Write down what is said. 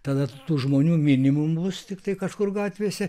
tada tų žmonių minimum bus tiktai kažkur gatvėse